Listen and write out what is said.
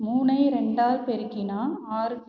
மூணு ரெண்டால் பெருக்கினால் ஆறு கிடைக்கும்